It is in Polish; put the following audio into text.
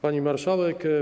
Pani Marszałek!